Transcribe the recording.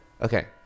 Okay